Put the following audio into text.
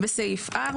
בסעיף (4)